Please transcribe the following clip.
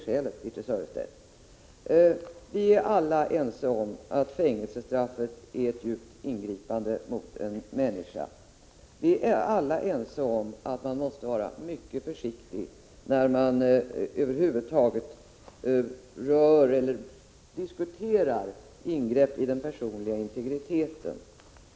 Vi är alla ense om att fängelsestraff är ett djupt ingripande mot en människa. Vi är alla ense om att vi måste vara mycket försiktiga när vi över huvud taget diskuterar ingrepp i den personliga integriteten.